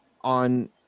on